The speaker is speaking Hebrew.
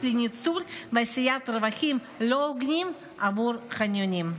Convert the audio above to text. לניצול ועשיית רווחים לא הוגנים עבור חניונים.